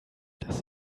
dass